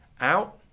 out